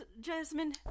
Jasmine